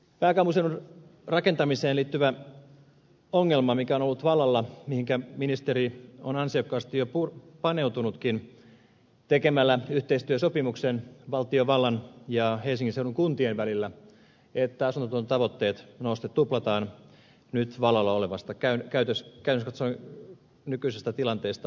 pääkaupunkiseudun rakentamiseen liittyy ongelma mikä on ollut vallalla mihinkä ministeri on ansiokkaasti jo paneutunutkin tekemällä yhteistyösopimuksen valtiovallan ja helsingin seudun kuntien välillä että asuntotuotannon tavoitteet tuplataan käytännöllisesti katsoen nyt vallalla olevasta nykyisestä tilanteesta